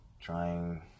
trying